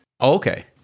Okay